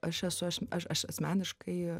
aš esu aš aš asmeniškai